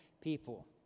people